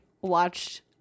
watched